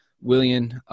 William